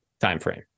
timeframe